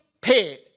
paid